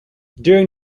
during